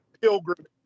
pilgrimage